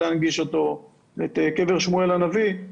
ואת קבר שמואל הנביא,